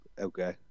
Okay